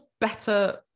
better